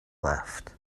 left